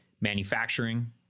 manufacturing